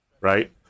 right